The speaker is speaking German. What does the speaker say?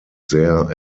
sehr